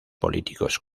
políticos